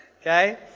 Okay